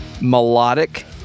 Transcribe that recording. melodic